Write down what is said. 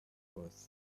was